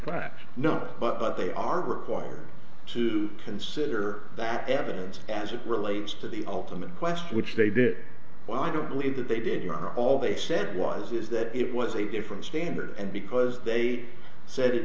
no but they are required to consider that evidence as it relates to the ultimate question which they did well i don't believe that they did all they said was is that it was a different standard and because they said it